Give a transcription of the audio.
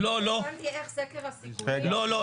לא הבנתי איך סקר הסיכונים --- לא,